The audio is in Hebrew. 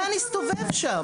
איך הלולן יסתובב שם?